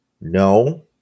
no